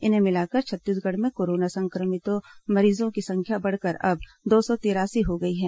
इन्हें मिलाकर छत्तीसगढ़ में कोरोना संक्रमितों मरीजों की संख्या बढ़कर अब दो सौ तिरासी हो गई है